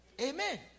Amen